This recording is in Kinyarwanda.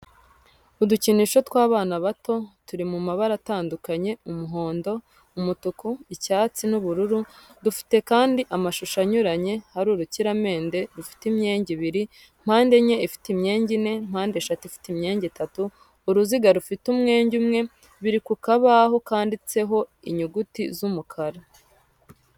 Udukinisho tw'abana bato turi mu mabara atandukanye umuhondo, umutuku, icyatsi, n'ubururu dufite kandi amashusho anyuranye hari urukiramende rufite imyenge ibiri, mpandenye ifite imyenge ine, mpandeshatu ifite imyenge itatu, uruziga rufite umwenge umwe, biri ku kabaho kanditseho inyuguti z'umukara.